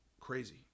crazy